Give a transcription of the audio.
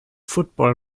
football